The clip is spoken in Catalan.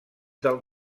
del